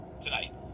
tonight